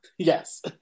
Yes